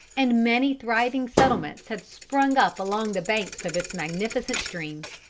and many thriving settlements had sprung up along the banks of its magnificent streams.